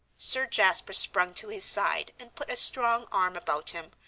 sir jasper sprung to his side and put a strong arm about him,